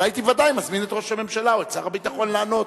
אבל הייתי ודאי מזמין את ראש הממשלה או את שר הביטחון לענות.